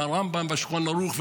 עם הרמב"ם והשולחן ערוך,